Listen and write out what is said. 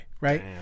Right